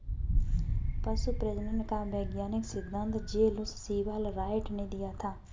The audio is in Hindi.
पशु प्रजनन का वैज्ञानिक सिद्धांत जे लुश सीवाल राइट ने दिया था